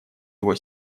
его